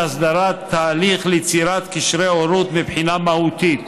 הסדרת ההליך ליצירת קשרי הורות מבחינה מהותית.